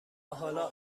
حالا